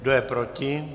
Kdo je proti?